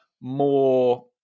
more